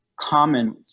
common